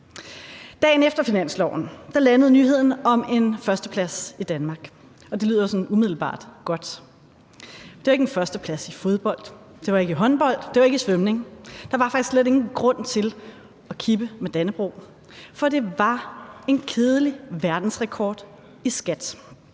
Dagen efter finanslovsaftalen landede nyheden om en førsteplads i Danmark, og det lyder sådan umiddelbart godt. Det var ikke en førsteplads i fodbold, det var ikke i håndbold, det var ikke i svømning – der var faktisk slet ingen grund til at kippe med dannebrog, for det var en kedelig verdensrekord i skat.